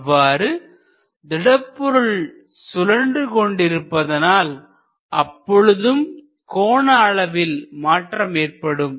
அவ்வாறு திடப்பொருள் சுழன்று கொண்டிருப்பதால் அப்பொழுதும் கோண அளவில் மாற்றம் ஏற்படும்